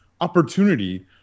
opportunity